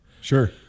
Sure